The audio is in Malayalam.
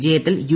വിജയത്തിൽ യു